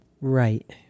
Right